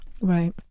Right